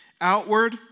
outward